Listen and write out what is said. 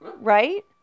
right